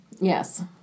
Yes